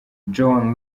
joan